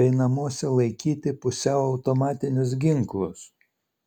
bei namuose laikyti pusiau automatinius ginklus